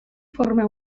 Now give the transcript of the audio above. forma